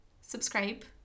subscribe